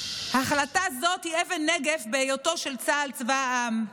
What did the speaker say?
החלטה זו היא אבן נגף בהיותו של צה"ל צבא העם,